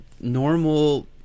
normal